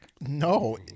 No